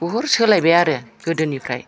बहुद सोलायबाय आरो गोदोनिफ्राय